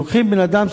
לוקחים בן-אדם,